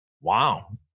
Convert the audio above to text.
Wow